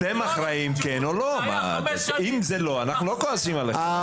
אם לא אנחנו לא כועסים עליכם.